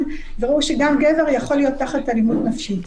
וראו שגם גבר יכול להיות תחת אלימות נפשית.